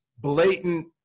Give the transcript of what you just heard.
blatant